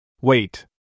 Wait